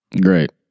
great